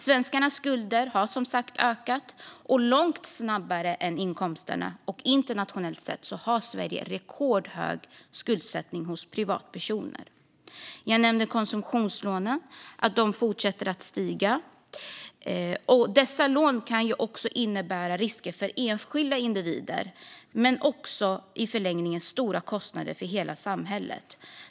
Svenskarnas skulder har som sagt ökat, och de har ökat långt snabbare än inkomsterna. Internationellt sett har Sverige rekordhög skuldsättning när det gäller privatpersoner. Konsumtionslånen fortsätter att stiga. Dessa lån kan innebära risker för enskilda individer men också i förlängningen stora kostnader för hela samhället.